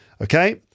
Okay